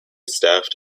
staffed